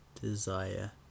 desire